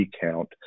count